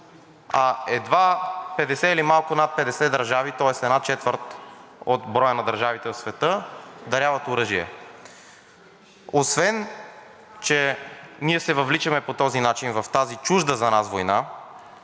А едва 50 или малко над 50 държави, тоест една четвърт от броя на държавите в света, даряват оръжие. Освен че ние се въвличаме по този начин в тази чужда за нас война,